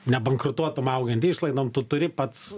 nebankrutuotum augant išlaidom tu turi pats